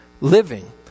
living